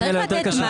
צריך לתת משהו